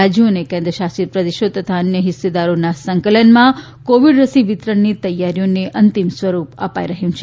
રાજ્યો કેન્દ્રશાસિત પ્રદેશો તથા અન્ય હિસ્સેદારોના સંકલનમાં કોવિડ રસી વિતરણની તૈયારીઓને અંતિમ સ્વરૂપ અપાઈ રહ્યું છે